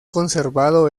conservado